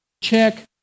check